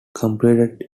competed